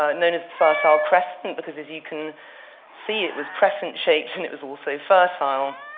ah known as the fertile crescent. because, as you can see, it was crescent shaped. and it was also fertile.